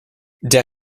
der